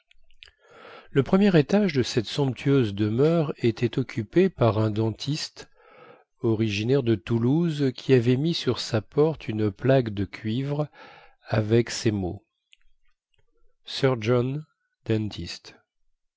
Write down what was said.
le premier étage de cette somptueuse demeure était occupé par un dentiste originaire de toulouse qui avait mis sur sa porte une plaque de cuivre avec ces mots